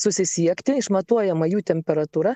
susisiekti išmatuojama jų temperatūra